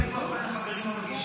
אין ויכוח בין החברים המגישים,